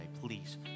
please